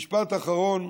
משפט אחרון,